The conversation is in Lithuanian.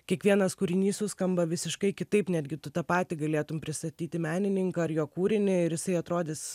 kiekvienas kūrinys suskamba visiškai kitaip netgi tu tą patį galėtum pristatyti menininką ar jo kūrinį ir jisai atrodys